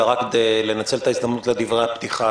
אלא רק לנצל את ההזדמנות לדברי הפתיחה.